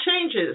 changes